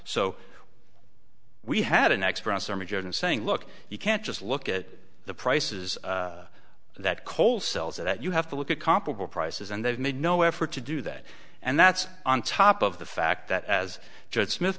so we had an expert and saying look you can't just look at the prices that coal sells that you have to look at comparable prices and they've made no effort to do that and that's on top of the fact that as judge smith